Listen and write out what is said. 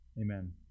Amen